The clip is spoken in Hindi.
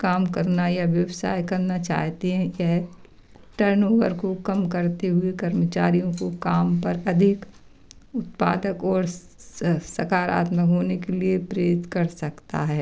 काम करना या व्यवसाय करना चाहते हैं यह टर्नओवर को कम करते हुए कर्मचारियों को काम पर अधिक उत्पादक और सकारात्मक होने के लिए प्रेरित कर सकता है